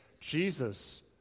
Jesus